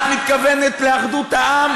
את מתכוונת לאחדות העם?